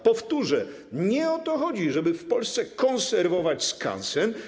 Powtórzę: nie o to chodzi, żeby w Polsce konserwować skansen.